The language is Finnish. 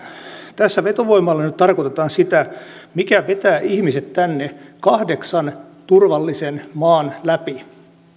tässä vetovoimalla nyt tarkoitetaan sitä mikä vetää ihmiset tänne kahdeksan turvallisen maan läpi